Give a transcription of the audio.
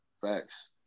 Facts